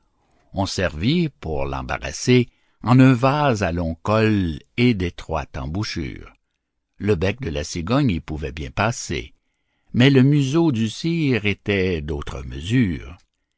on servit pour l'embarrasser en un vase à long col et d'étroite embouchure le bec de la cigogne y pouvait bien passer mais le museau du sire était d'autre mesure